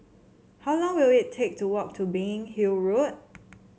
how long will it take to walk to Biggin Hill Road